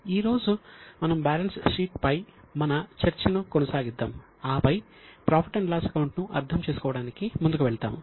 ఈ రోజు మనం బ్యాలెన్స్ షీట్ పై మన చర్చను కొనసాగిద్దాం ఆపై ప్రాఫిట్ అండ్ లాస్ అకౌంట్ ను అర్థం చేసుకోవడానికి ముందుకు వెళ్తాము